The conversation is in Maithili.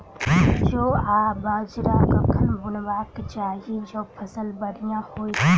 जौ आ बाजरा कखन बुनबाक चाहि जँ फसल बढ़िया होइत?